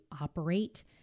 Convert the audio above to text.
operate